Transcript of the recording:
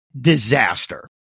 disaster